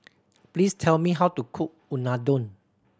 please tell me how to cook Unadon